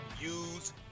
use